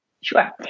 Sure